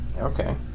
Okay